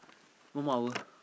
one more hour